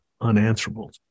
unanswerable